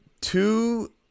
two